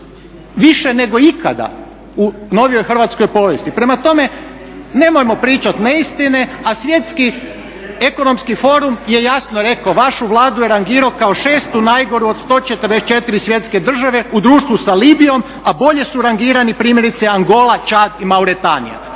više nego ikada u novijoj hrvatskoj povijesti. Prema tome nemojmo pričat neistine, a Svjetski ekonomski forum je jasno rekao, vašu Vladu je rangirao kao šestu najgoru od 144 svjetske države u društvu sa Libijom, a bolje su rangirani primjerice Angola, Čad i Mauritanija.